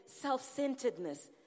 self-centeredness